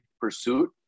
pursuit